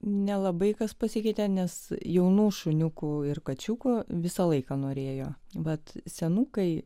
nelabai kas pasikeitė nes jaunų šuniukų ir kačiuko visą laiką norėjo bet senukai